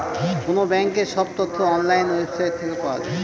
কোনো ব্যাঙ্কের সব তথ্য অনলাইন ওয়েবসাইট থেকে পাওয়া যায়